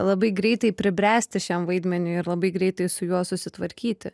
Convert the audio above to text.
labai greitai pribręsti šiam vaidmeniui ir labai greitai su juo susitvarkyti